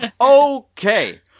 Okay